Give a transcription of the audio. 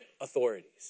authorities